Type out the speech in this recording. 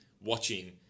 watching